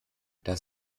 dass